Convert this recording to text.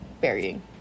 burying